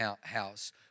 house